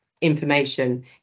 information